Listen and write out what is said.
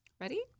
Ready